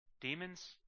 Demons